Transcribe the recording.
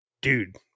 dude